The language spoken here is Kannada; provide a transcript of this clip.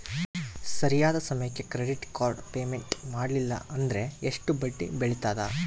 ಸರಿಯಾದ ಸಮಯಕ್ಕೆ ಕ್ರೆಡಿಟ್ ಕಾರ್ಡ್ ಪೇಮೆಂಟ್ ಮಾಡಲಿಲ್ಲ ಅಂದ್ರೆ ಎಷ್ಟು ಬಡ್ಡಿ ಬೇಳ್ತದ?